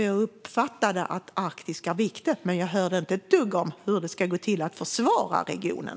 Jag uppfattade att Arktis är viktigt, men jag hörde inte ett dugg om hur det ska gå till att försvara regionen.